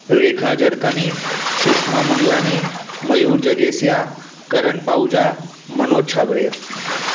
रेखा जरकाणी शुषमा मंगलाणी मयूर जगेसिया करन पाहुजा मनोज छाॿड़िया